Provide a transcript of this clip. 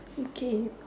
okay